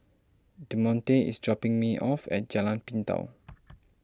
Demonte is dropping me off at Jalan Pintau